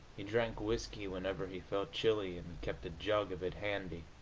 he drank whisky whenever he felt chilly, and kept a jug of it handy.